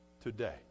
Today